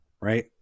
right